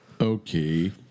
Okay